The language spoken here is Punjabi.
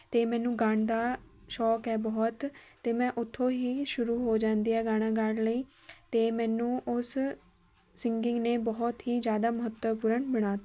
ਅਤੇ ਮੈਨੂੰ ਗਾਉਣ ਦਾ ਸ਼ੌਕ ਹੈ ਬਹੁਤ ਅਤੇ ਮੈਂ ਉੱਥੋਂ ਹੀ ਸ਼ੁਰੂ ਹੋ ਜਾਂਦੀ ਹਾਂ ਗਾਣਾ ਗਾਉਣ ਲਈ ਅਤੇ ਮੈਨੂੰ ਉਸ ਸਿੰਗਿੰਗ ਨੇ ਬਹੁਤ ਹੀ ਜ਼ਿਆਦਾ ਮਹੱਤਵਪੂਰਨ ਬਣਾ